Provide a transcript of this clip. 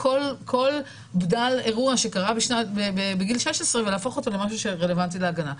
כל בדל אירוע שקרה בגיל 16 ולהפוך אותו למשהו שהוא רלוונטי להגנה.